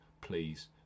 please